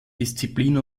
disziplin